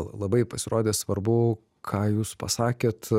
labai pasirodė svarbu ką jūs pasakėt